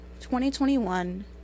2021